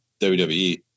WWE